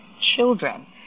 children